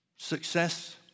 success